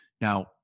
Now